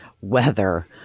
weather